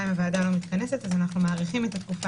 גם אם הוועדה לא מתכנסת אנחנו מאריכים את התקופה